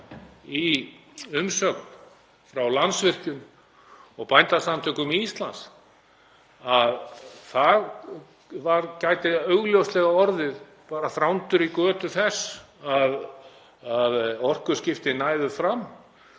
í umsögn frá Landsvirkjun og Bændasamtökum Íslands að það gæti augljóslega orðið þrándur í götu þess að orkuskipti næðu fram.